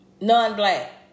non-black